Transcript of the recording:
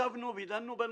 ישבנו ודנו בנושא.